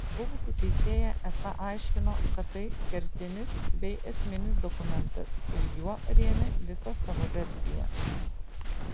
buvusi teisėja esą aiškino kad tai kertinis bei esminis dokumentas ir juo rėmė visą savo versiją